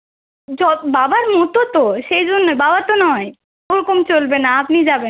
বাবার মতো তো সেই জন্যে বাবা তো নয় ওরকম চলবে না আপনি যাবেন